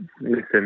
Listen